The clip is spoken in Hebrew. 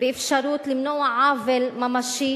באפשרות למנוע עוול ממשי